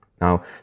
Now